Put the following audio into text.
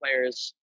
players